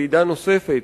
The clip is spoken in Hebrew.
ועידה נוספת,